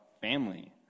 family